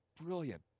brilliant